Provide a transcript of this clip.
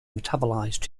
metabolized